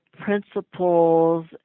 principles